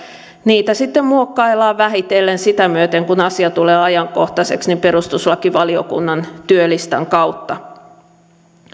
niitä sitten muokkaillaan vähitellen sitä myöten kun asia tulee ajankohtaiseksi perustuslakivaliokunnan työlistan kautta